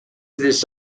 this